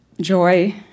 joy